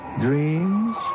dreams